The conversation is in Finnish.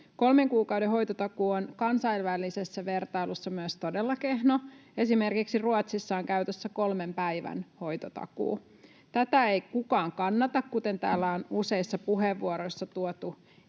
Kolmen kuukauden hoitotakuu on kansainvälisessä vertailussa myös todella kehno — esimerkiksi Ruotsissa on käytössä kolmen päivän hoitotakuu. Tätä ei kukaan kannata, kuten täällä on useissa puheenvuoroissa tuotu